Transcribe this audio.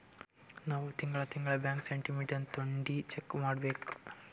ನಾವ್ ತಿಂಗಳಾ ತಿಂಗಳಾ ಬ್ಯಾಂಕ್ ಸ್ಟೇಟ್ಮೆಂಟ್ ತೊಂಡಿ ಚೆಕ್ ಮಾಡ್ಬೇಕ್